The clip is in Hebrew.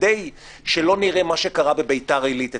כדי שלא נראה מה שקרה בבית"ר עילית אתמול,